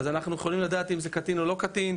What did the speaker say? אז אנחנו יכולים לדעת אם זה קטין או לא קטין,